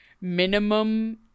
minimum